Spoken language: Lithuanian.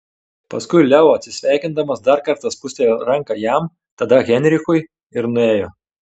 paskui leo atsisveikindamas dar kartą spustelėjo ranką jam tada heinrichui ir nuėjo